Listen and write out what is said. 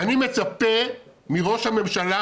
אני מצפה מראש הממשלה,